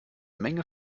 menge